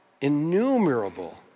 innumerable